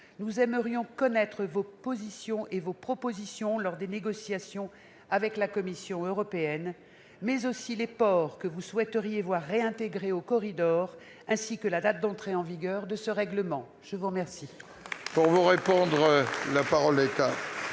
nous aimerions connaître vos positions et propositions lors des négociations avec la Commission européenne, mais aussi les ports que vous souhaiteriez voir réintégrés au corridor, ainsi que la date d'entrée en vigueur de ce règlement. La parole